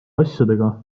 asjadega